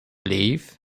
leave